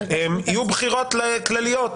יהיו בחירות כלליות,